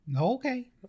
Okay